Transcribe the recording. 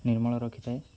ନିର୍ମଳ ରଖିଥାଏ